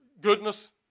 goodness